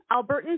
Albertans